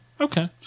okay